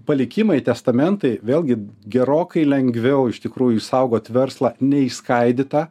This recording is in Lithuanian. palikimai testamentai vėlgi gerokai lengviau iš tikrųjų išsaugot verslą neišskaidytą